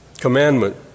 commandment